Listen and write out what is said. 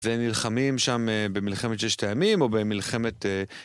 ונלחמים שם במלחמת ששת הימים או במלחמת...